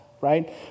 right